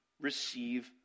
receive